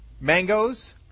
Mangoes